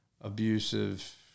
abusive